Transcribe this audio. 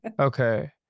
Okay